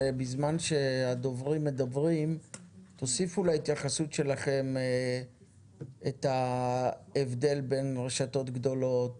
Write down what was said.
בזמן שהדוברים מדברים תוסיפו להתייחסות שלכם את ההבדל בין רשתות גדולות